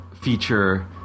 feature